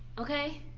okay.